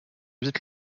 vite